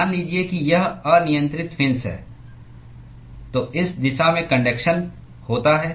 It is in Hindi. मान लीजिए कि यह अनियन्त्रित फिन्स है तो इस दिशा में कन्डक्शन होता है